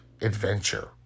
adventure